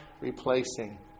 replacing